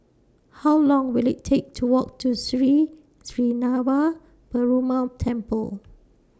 How Long Will IT Take to Walk to Sri Srinava Perumal Temple